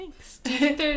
thanks